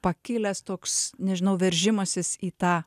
pakilęs toks nežinau veržimasis į tą